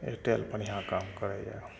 Airtel बढ़िऑं काम करैया